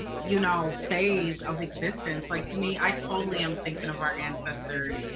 you know, phase of existence. like, to me, i totally am thinking of our ancestors,